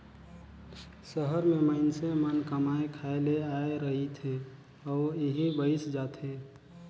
सहर में मइनसे मन कमाए खाए ले आए रहथें अउ इहें बइस जाथें